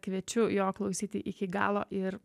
kviečiu jo klausyti iki galo ir